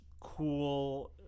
cool